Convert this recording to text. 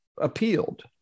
appealed